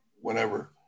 whenever